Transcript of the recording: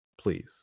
Please